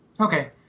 Okay